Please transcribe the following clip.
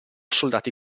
soldati